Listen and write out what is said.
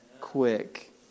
quick